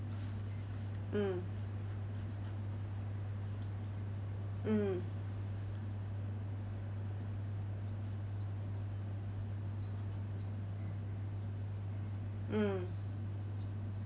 mm mm mm